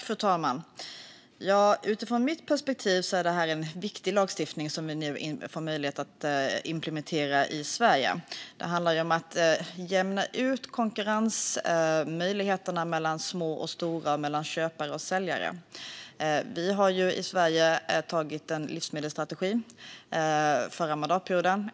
Fru talman! Utifrån mitt perspektiv är det här en viktig lagstiftning som vi nu får möjlighet att implementera i Sverige. Det handlar om att jämna ut konkurrensmöjligheterna mellan små och stora och mellan köpare och säljare. Vi har i Sverige antagit en livsmedelsstrategi. Det skedde under den förra mandatperioden.